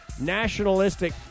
nationalistic